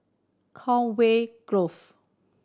Conway Grove